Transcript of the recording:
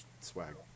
swag